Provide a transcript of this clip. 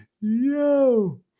Yo